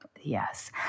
Yes